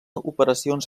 operacions